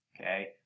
Okay